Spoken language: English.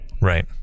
Right